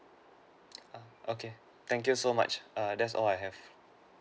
oh okay thank you so much err that's all I have